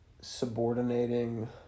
subordinating